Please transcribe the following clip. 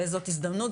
וזו הזדמנות,